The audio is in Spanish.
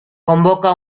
convoca